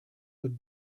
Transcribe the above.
had